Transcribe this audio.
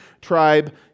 tribe